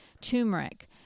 turmeric